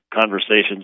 conversations